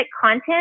content